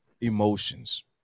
emotions